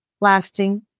lasting